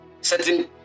certain